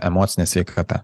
emocine sveikata